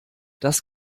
das